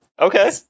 okay